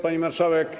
Pani Marszałek!